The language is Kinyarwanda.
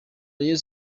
rayon